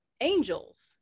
angels